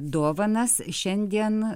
dovanas šiandien